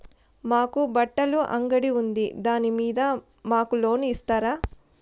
మాకు బట్టలు అంగడి ఉంది దాని మీద మాకు లోను ఇస్తారా